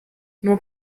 nur